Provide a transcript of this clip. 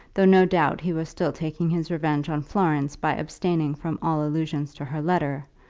though no doubt he was still taking his revenge on florence by abstaining from all allusion to her letter,